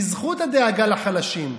בזכות הדאגה לחלשים,